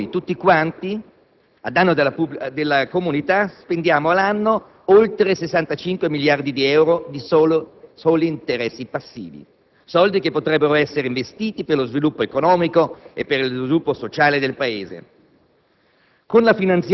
per i quali tutti quanti, a danno della comunità, spendiamo all'anno oltre 65 miliardi di euro di soli interessi passivi. Questi soldi potrebbero essere investiti per lo sviluppo economico e sociale del Paese.